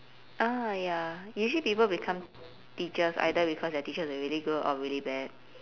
uh ya usually people become teachers either because their teachers are really good or really bad